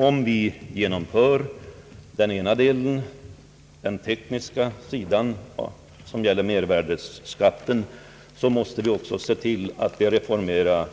Om vi genomför den ena delen, den tekniska sidan som gäller mervärdeskatten, så måste vi ju också se till att reformera